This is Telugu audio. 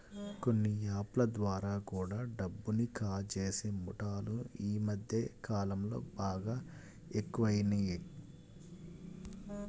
కొన్ని యాప్ ల ద్వారా కూడా డబ్బుని కాజేసే ముఠాలు యీ మద్దె కాలంలో బాగా ఎక్కువయినియ్